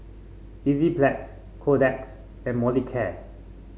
Enzyplex Kordel's and Molicare